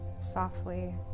softly